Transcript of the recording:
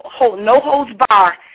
no-holds-bar